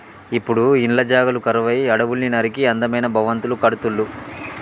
ఇప్పుడు ఇండ్ల జాగలు కరువై అడవుల్ని నరికి అందమైన భవంతులు కడుతుళ్ళు